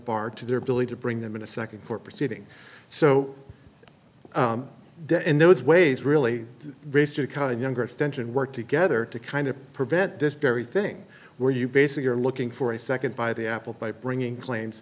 bar to their ability to bring them in a second court proceeding so and those ways really raised a kind of younger tension work together to kind of prevent this very thing where you basically are looking for a second by the apple by bringing